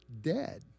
dead